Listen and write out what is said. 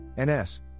NS